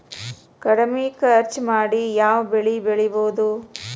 ಕಡಮಿ ಖರ್ಚ ಮಾಡಿ ಯಾವ್ ಬೆಳಿ ಬೆಳಿಬೋದ್?